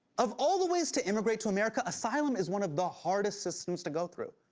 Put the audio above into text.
of all the ways to immigrate to america, asylum is one of the hardest systems to go through.